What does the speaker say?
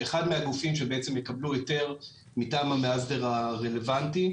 אחד מהגופים שבעצם יקבלו היתר מטעם המאסדר הרלוונטי,